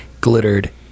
glittered